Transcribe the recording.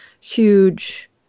huge